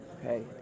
Okay